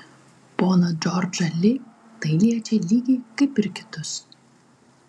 poną džordžą li tai liečia lygiai kaip ir kitus